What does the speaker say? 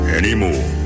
anymore